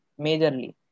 Majorly